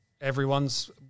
everyone's